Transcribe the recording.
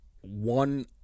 one